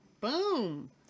Boom